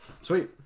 Sweet